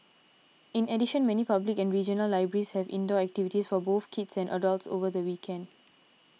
in addition many public and regional libraries have indoor activities for both kids and adults over the weekend